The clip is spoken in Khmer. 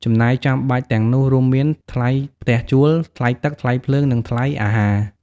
ចំណាយចាំបាច់ទាំងនោះរួមមាន ថ្លៃផ្ទះជួល ថ្លៃទឹក ថ្លៃភ្លើង និងថ្លៃអាហារ។